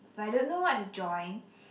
but I don't know what to join